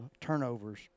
turnovers